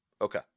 Okay